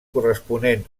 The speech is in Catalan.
corresponent